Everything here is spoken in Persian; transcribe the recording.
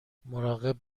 مراقب